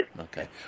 Okay